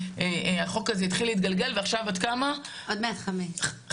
החוק הזה התחיל להתגלגל ועכשיו הילדה שלה עוד מעט בת חמש,